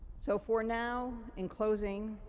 so for now, in closing,